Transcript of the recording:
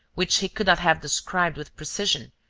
which he could not have described with precision,